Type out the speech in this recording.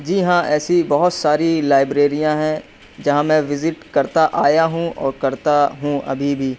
جی ہاں ایسی بہت ساری لائبریریاں ہیں جہاں میں وزٹ کرتا آیا ہوں اور کرتا ہوں ابھی بھی